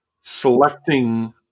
selecting